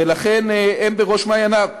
ולכן הם בראש מעייניו.